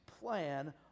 plan